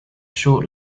short